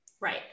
Right